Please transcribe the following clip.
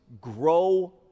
grow